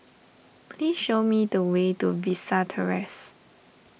please show me the way to Vista Terrace